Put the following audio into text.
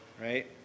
right